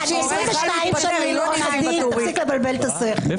התשפ"ג 2023, הכנה לקריאה